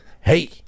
Hey